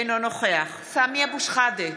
אינו נוכח סמי אבו שחאדה,